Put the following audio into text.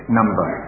number